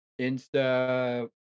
Insta